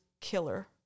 killer